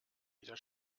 wieder